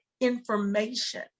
information